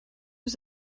was